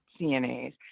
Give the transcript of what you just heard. CNAs